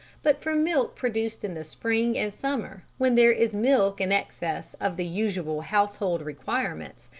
but from milk produced in the spring and summer when there is milk in excess of the usual household requirements,